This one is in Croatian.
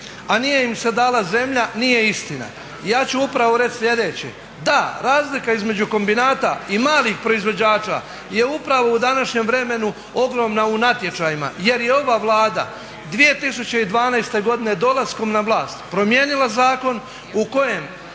a nije im se dala zemlja nije istina. Ja ću upravo reći sljedeće. Da, razlika između kombinata i malih proizvođača je upravo u današnjem vremenu ogromna u natječajima, jer je ova Vlada 2012. godine dolaskom na vlast promijenila zakon u kojem